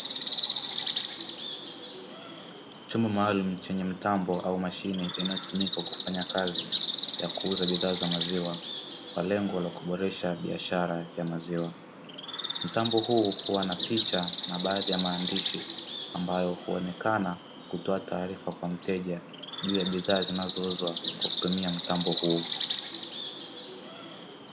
Chombo maalumu chenye mtambo au mashine inayotumika kufanya kazi ya kuuza bidhaa za maziwa kwa lengo la kuboresha biashara ya maziwa, mtambo huu hua na picha na baadhi ya maandishi ambayo huonekana kutoa taarifa kwa mteja juu ya bidhaa zinazouzwa kwa kupitia mtambo huu.